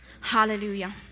Hallelujah